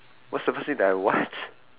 what's the first thing that I what